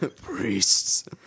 Priests